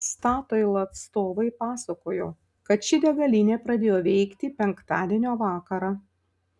statoil atstovai pasakojo kad ši degalinė pradėjo veikti penktadienio vakarą